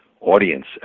audience